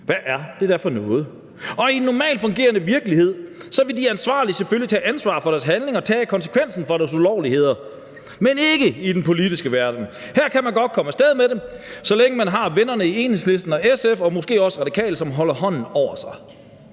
Hvad er det da for noget? I en normalt fungerende virkelighed ville de ansvarlige selvfølgelig tage ansvar for deres handlinger og tage konsekvensen af deres ulovligheder, men ikke i den politiske verden. Her kan man godt komme af sted med det, så længe man har vennerne i Enhedslisten og SF og måske også Radikale, som holder hånden over sig.